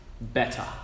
better